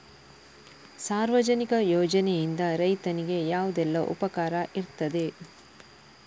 ಸಾರ್ವಜನಿಕ ಯೋಜನೆಯಿಂದ ರೈತನಿಗೆ ಯಾವುದೆಲ್ಲ ಉಪಕಾರ ಇರ್ತದೆ?